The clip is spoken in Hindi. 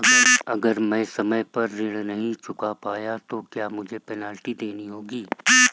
अगर मैं समय पर ऋण नहीं चुका पाया तो क्या मुझे पेनल्टी देनी होगी?